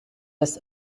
des